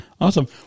Awesome